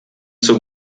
zur